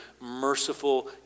merciful